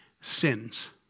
sins